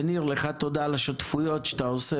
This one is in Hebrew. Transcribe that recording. תודה לך על השותפויות שאתה עושה